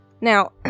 now